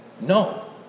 No